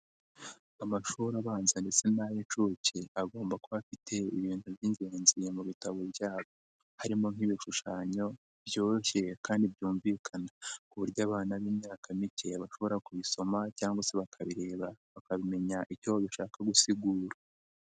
Amashuri abanza ndetse n'ay'inshuke, aba agomba kuba afite ibintu by'ingenzi mu bitabo byabo, harimo nk'ibishushanyo byoroshye kandi byumvikana, ku buryo abana b'imyaka mike bashobora kubisoma cyangwa se bakabireba bakabimenya icyo bishaka gusigura.